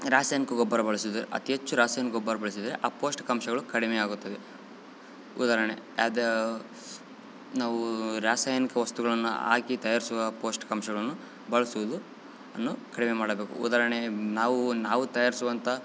ರಾಸಾಯನಿಕ ಗೊಬ್ಬರ ಬಳಸೋದ್ ಅತೀ ಹೆಚ್ಚು ರಾಸಾಯನ ಗೊಬ್ಬರ ಬಳಸಿದರೆ ಆ ಪೌಷ್ಠಿಕಾಂಶಗಳು ಕಡಿಮೆ ಆಗುತ್ತದೆ ಉದಾಹರ್ಣೆ ಅದು ನಾವು ರಾಸಾಯನಿಕ ವಸ್ತುಗಳನ್ನು ಹಾಕಿ ತಯಾರಿಸುವ ಪೌಷ್ಠಿಕಾಂಶಗಳ್ನು ಬಳಸುವುದು ಅನ್ನು ಕಡಿಮೆ ಮಾಡಬೇಕು ಉದಾಹರ್ಣೆ ನಾವು ನಾವು ತಯಾರ್ಸುವಂಥ